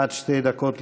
עד שתי דקות לרשותך.